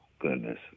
goodness